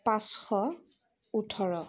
পাঁচশ ওঠৰ